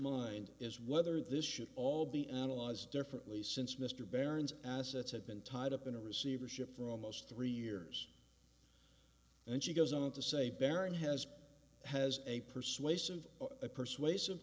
mind is whether this should all be analyzed differently since mr behrens assets have been tied up in a receivership for almost three years and she goes on to say baron has has a persuasive a persuasive